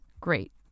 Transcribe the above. Great